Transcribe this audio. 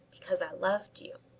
because i loved you.